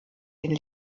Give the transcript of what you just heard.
den